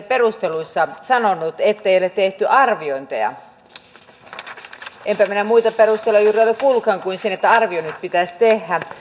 perusteluissa sanonut ettei ole tehty arviointeja enpä minä muita perusteluja juuri ole kuullutkaan kuin sen että arvioinnit pitäisi tehdä